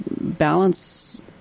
balance